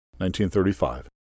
1935